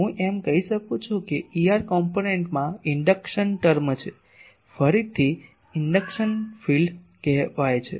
હું એમ કહી શકું છું કે Er ઘટકોમાં ઇન્ડક્શન ટર્મ છે ફરીથી ઇન્ડક્શન ફીલ્ડ એક કહેવાય છે